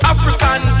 African